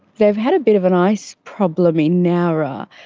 they've had a bit of an ice problem in nowra.